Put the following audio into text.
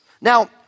Now